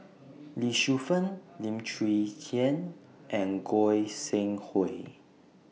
Lee Shu Fen Lim Chwee Chian and Goi Seng Hui